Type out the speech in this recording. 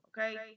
Okay